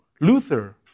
Luther